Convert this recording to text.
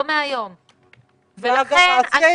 ולכן,